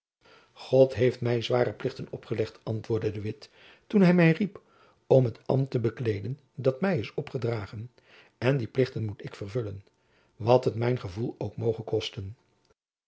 god heeft my zware plichten opgelegd antwoordde de witt toen hy my riep om het ambt te bekleeden dat my is opgedragen en die plichten moet ik vervullen wat het mijn gevoel ook moge kosten